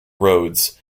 rhodes